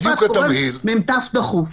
מ"ת דחוף.